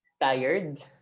tired